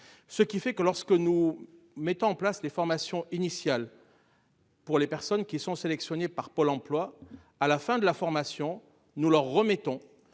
ce qui fait que lorsque nous mettent en place les formations initiales. Pour les personnes qui sont sélectionnés par Pôle emploi à la fin de la formation, nous leur remettons